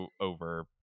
over